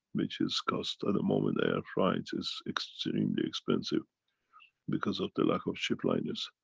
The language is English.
which is cost. at the moment air flights is extremely expensive because of the lack of ship liners.